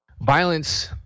violence